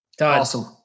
Awesome